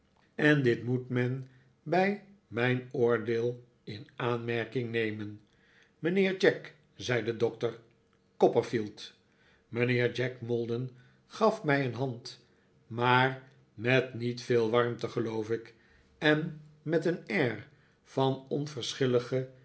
en dit moet men bij mijn oordeel in aanmerking nemen mijnheer jack zei de doctor copperfield mijnheer jack maldon gaf mij een hand maar met niet veel warmte geloof ik en met een air van